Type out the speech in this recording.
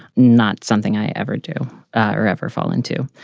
not something i ever do or ever fall into.